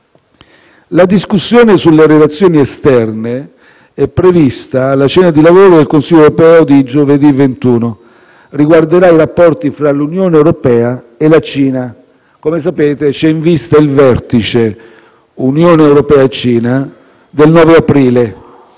La discussione sulle relazioni esterne, prevista alla cena di lavoro del Consiglio europeo di giovedì 21, riguarderà i rapporti tra l'Unione europea e la Cina, in vista del vertice Unione europea-Cina, previsto